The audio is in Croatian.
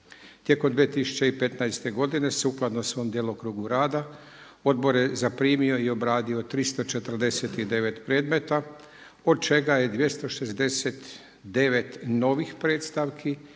Tijekom 2015. godine sukladno svom djelokrugu rada Odbor je zaprimio i obradio 349. predmeta od čega je 269. novih predstavki